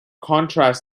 contrast